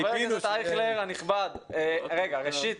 חבר הכנסת אייכלר הנכבד, ראשית,